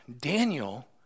Daniel